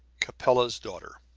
capella's daughter